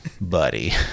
buddy